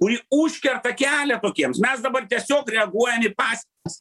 kuri užkerta kelią tokiems mes dabar tiesiog reaguojam į pasekmes